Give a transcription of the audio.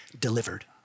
delivered